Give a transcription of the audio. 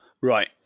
Right